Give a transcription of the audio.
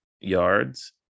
yards